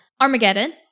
Armageddon